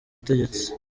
ubutegetsi